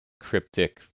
cryptic